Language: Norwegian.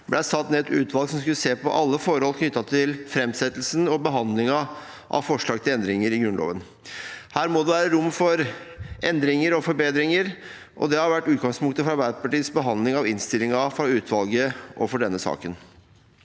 ble satt ned et utvalg som skulle se på alle forhold knyttet til framsettelsen og behandlingen av forslag til endringer i Grunnloven. Her må det være rom for endringer og forbedringer, og det har vært utgangspunktet for Arbeiderpartiets behandling av innstillingen fra utvalget og utgangspunktet